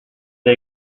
the